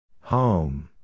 Home